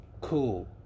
Cool